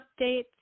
updates